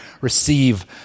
receive